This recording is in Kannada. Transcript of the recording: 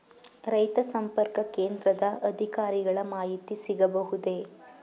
ರೈತ ಸಂಪರ್ಕ ಕೇಂದ್ರದ ಅಧಿಕಾರಿಗಳ ಮಾಹಿತಿ ಸಿಗಬಹುದೇ?